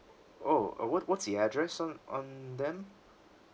oh uh what what's the address on on then